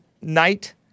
night